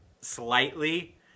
slightly